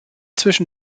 zwischen